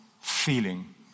feeling